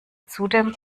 zudem